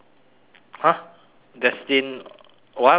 !huh! destined what what what